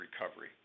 recovery